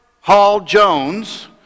Hall-Jones